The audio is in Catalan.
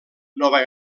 nova